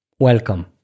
Welcome